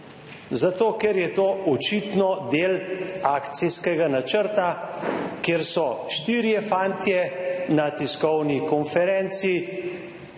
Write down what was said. zato ker je to očitno del akcijskega načrta, kjer so štirje fantje na tiskovni konferenci,